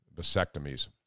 vasectomies